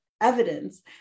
evidence